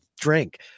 drink